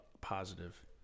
positive